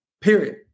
period